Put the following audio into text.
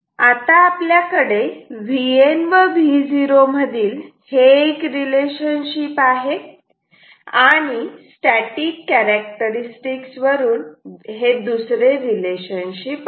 आता आपल्याकडे Vn व Vo मधील हे एक रिलेशनशिप आहे आणि स्टॅटिक कॅरेक्टरस्टिक्स वरून हे दुसरे रिलेशनशिप आहे